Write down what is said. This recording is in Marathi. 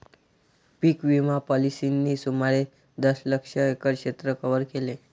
पीक विमा पॉलिसींनी सुमारे दशलक्ष एकर क्षेत्र कव्हर केले